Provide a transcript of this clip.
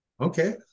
Okay